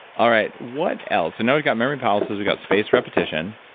all right. what else? i know we got memory palaces. we got spaced repetition.